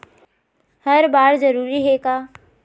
हर बार जरूरी हे का?